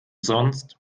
sonst